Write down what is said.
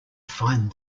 find